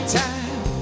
time